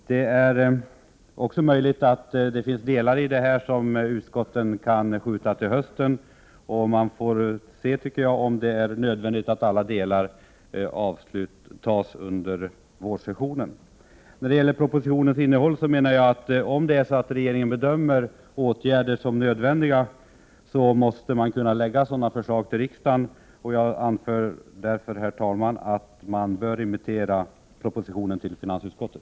Det är möjligt att det finns delar i propositionen som utskotten kan skjuta till hösten. Man får se om det är nödvändigt att alla delar tas upp under vårsessionen. När det gäller propositionens innehåll menar jag att om regeringen bedömer att vissa åtgärder är nödvändiga måste den kunna framlägga sådana förslag för riksdagen. Jag anser därför, herr talman, att man bör remittera propositionen till finansutskottet.